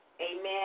amen